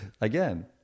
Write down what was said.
Again